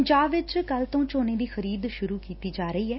ਪੰਜਾਬ ਵਿਚ ਕੱਲ੍ਹ ਤੋਂ ਝੋਨੇ ਦੀ ਖਰੀਦ ਸੁਰੂ ਕੀਤੀ ਜਾ ਰਹੀ ਏ